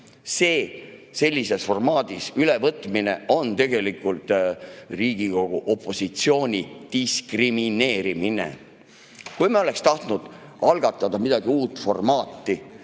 [poliitilise avalduse] ülevõtmine on tegelikult Riigikogu opositsiooni diskrimineerimine. Kui me oleks tahtnud algatada mingi uue formaadi,